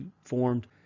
formed